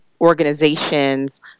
organizations